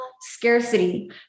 scarcity